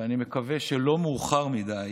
ואני מקווה שלא מאוחר מדי,